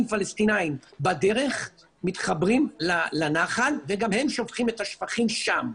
פלסטינאים בדרך מתחברים לנחל וגם הם שופכים את השפכים שם.